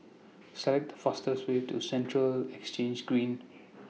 set The fastest Way to Central Exchange Green